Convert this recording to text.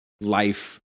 life